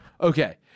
Okay